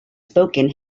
spoken